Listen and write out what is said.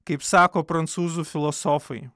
kaip sako prancūzų filosofai